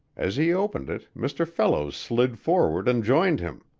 as he opened it, mr. fellows slid forward and joined him.